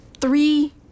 three